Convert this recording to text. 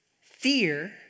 Fear